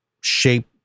shape